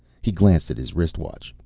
he glanced at his wristwatch.